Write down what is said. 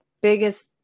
biggest